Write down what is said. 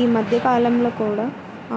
ఈ మధ్య కాలంలో కూడా